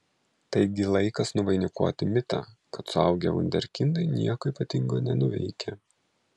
taigi laikas nuvainikuoti mitą kad suaugę vunderkindai nieko ypatingo nenuveikia